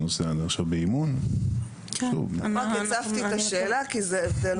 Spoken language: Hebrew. אני מנסה לומר שבאימון -- רק הצפתי את השאלה כי זה הבדל משמעותי.